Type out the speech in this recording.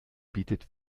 bietet